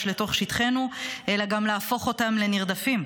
לתוך שטחנו אלא גם להפוך אותם לנרדפים,